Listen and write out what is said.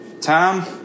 Tom